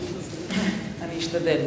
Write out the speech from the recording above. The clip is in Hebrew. אני אשתדל.